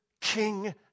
king